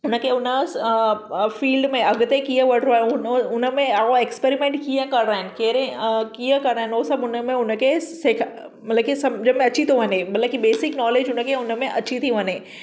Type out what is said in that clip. हुनखे उन फिल्ड में अॻिते कीअं वञिणो आहे उन में उहो एक्स्परिमेंट कीअं करिणा आहिनि केहिड़े कीअं करिणा आहिनि उ सभु हुन में हुनखे से सेखा समुझ में अची थो वञे मतलबु की बेसिक नॉलेज हुनखे उन में अची थी वञे